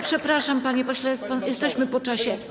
Przepraszam, panie pośle, jesteśmy po czasie.